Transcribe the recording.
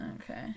Okay